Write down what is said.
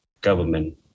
government